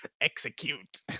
Execute